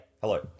Hello